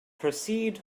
proceed